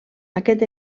aquest